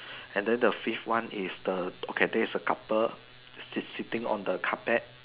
and then the fifth one is the okay there is a couple sitting on the carpet